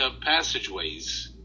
passageways